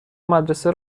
مدرسه